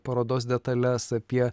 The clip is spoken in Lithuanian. parodos detales apie